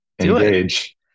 engage